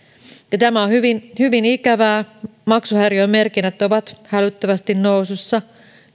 ja tämä on hyvin hyvin ikävää maksuhäiriömerkinnät ovat hälyttävästi nousussa